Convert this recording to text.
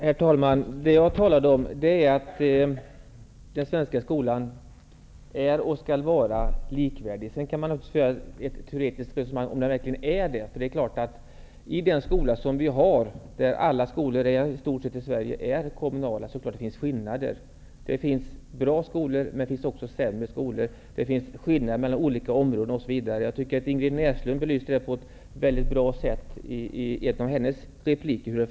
Herr talman! Vad jag sade är den svenska skolan skall vara likvärdig. Sedan kan man föra ett teoretiskt resonemang om den verkligen är det. Det är klart att det i våra skolor, som nästan alla är kommunala, finns skillnader. Det finns bra skolor, och det finns sämre skolor. Det finns också skillnader mellan olika områden. Jag tycker att Ingrid Näslund belyste det på ett mycket bra sätt i en av sina repliker.